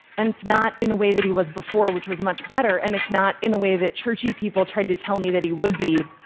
and it's not in the way that he was before, which was much better, and it's not in the way that churchy people try to tell me that he would be.